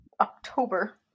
October